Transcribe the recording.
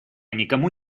никому